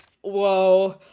whoa